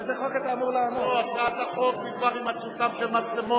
זה לא עולה בקנה אחד עם ההתפתחות הטכנולוגית